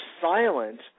silent